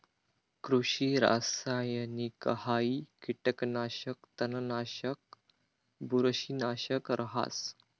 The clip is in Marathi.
कृषि रासायनिकहाई कीटकनाशक, तणनाशक, बुरशीनाशक रहास